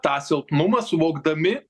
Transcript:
tą silpnumą suvokdami